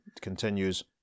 continues